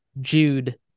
Jude